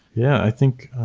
yeah. i think,